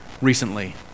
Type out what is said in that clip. recently